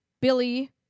Billy